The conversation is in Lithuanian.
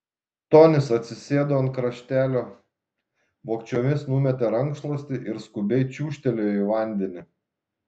tonis atsisėdo ant kraštelio vogčiomis numetė rankšluostį ir skubiai čiūžtelėjo į vandenį